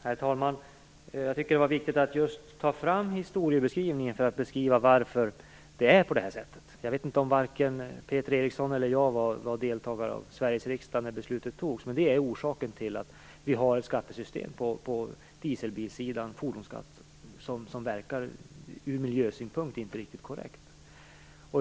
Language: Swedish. Herr talman! Jag tycker att det var viktigt att beskriva historien för att visa på varför det är på det här sättet. Jag vet inte om Peter Eriksson var ledamot av Sveriges riksdag när beslutet fattades, men det beslutet är ändå orsaken till att vi på dieselbilar har en fordonsskatt som ur miljösynpunkt inte verkar riktigt korrekt.